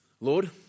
Lord